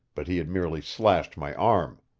but he had merely slashed my arm.